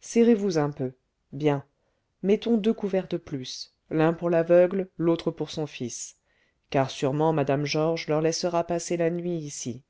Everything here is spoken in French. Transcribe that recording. serrez-vous un peu bien mettons deux couverts de plus l'un pour l'aveugle l'autre pour son fils car sûrement mme georges leur laissera passer la nuit ici